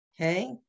Okay